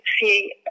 see